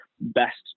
best